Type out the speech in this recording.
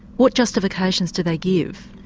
what justifications do they give?